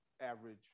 average